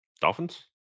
Dolphins